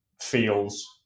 feels